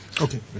Okay